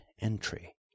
entry